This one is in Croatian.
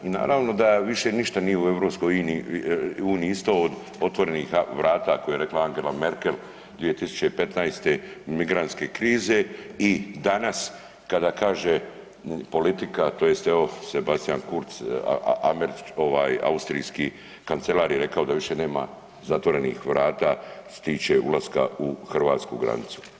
I naravno da više ništa nije u EU isto od otvorenih vrata koje je rekla Angela Merkel 2015. od migrantske krize i danas kada kaže politika tj. evo Sebastian Kurtz, austrijski kancelar je rekao da više nema zatvorenih vrata što se tiče ulaska u hrvatsku granicu.